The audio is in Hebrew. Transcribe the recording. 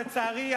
לצערי,